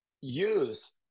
use